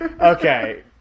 Okay